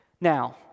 Now